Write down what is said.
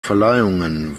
verleihungen